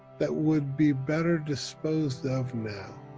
that would be better disposed of now